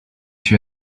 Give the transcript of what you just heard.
she